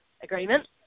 agreement